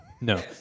No